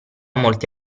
molti